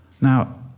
Now